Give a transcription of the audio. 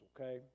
okay